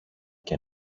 και